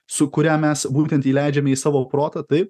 su kurią mes būtent įleidžiame į savo protą taip